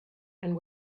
and